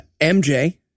MJ